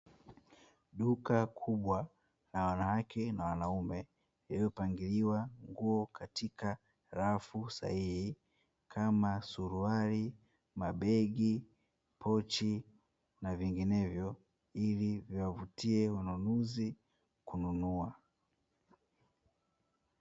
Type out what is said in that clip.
Duka kubwa la wanawake na wanaume lililopangiliwa nguo katika rafu sahihi kama suruali, mabegi, pochi na vinginevyo ili viwavutie wanunuzi kununua.